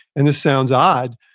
and this sounds odd,